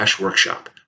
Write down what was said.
workshop